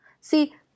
See